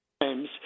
Times